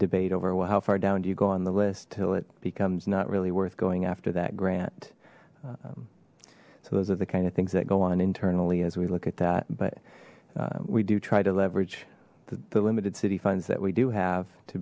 debate over well how far down do you go on the list till it becomes not really worth going after that grant so those are the kind of things that go on internally as we look at that but we do try to leverage the limited city funds that we do have to